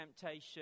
temptation